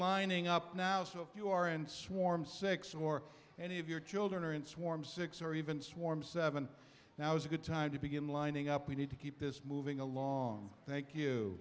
lining up now so if you are in swarm six or any of your children are in swarms six or even swarm seven now is a good time to begin lining up we need to keep this moving along thank you